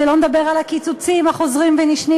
שלא לדבר על הקיצוצים החוזרים ונשנים